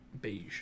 Beige